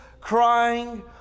crying